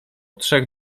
trzech